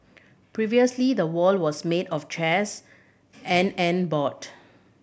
previously the wall was made of chairs and and board